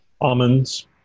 Almonds